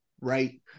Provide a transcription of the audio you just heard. right